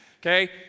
okay